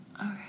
Okay